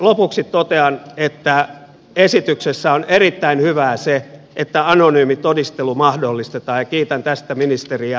lopuksi totean että esityksessä on erittäin hyvää se että anonyymi todistelu mahdollistetaan ja kiitän tästä ministeriä